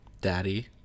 Daddy